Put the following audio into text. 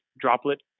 droplet